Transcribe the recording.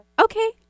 Okay